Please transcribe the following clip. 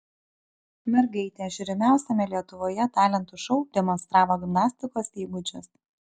mergaitė žiūrimiausiame lietuvoje talentų šou demonstravo gimnastikos įgūdžius